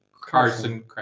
carson